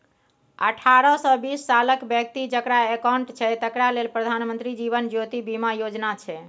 अठारहसँ बीस सालक बेकती जकरा अकाउंट छै तकरा लेल प्रधानमंत्री जीबन ज्योती बीमा योजना छै